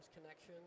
connection